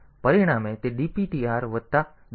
તેથી પરિણામે તે dptr વત્તા 10 પર જશે